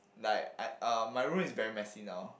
like I uh my room is very messy now